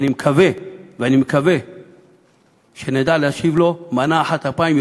אני מקווה שנדע להשיב לו מנה אחת אפיים,